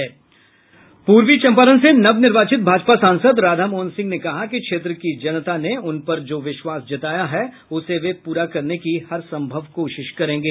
पूर्वी चंपारण से नवनिर्वाचित भाजपा सांसद राधामोहन सिंह ने कहा कि क्षेत्र की जनता ने उनपर जो विश्वास जताया है उसे वे पूरा करने की हर संभव कोशिश करेंगे